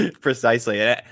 precisely